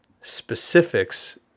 specifics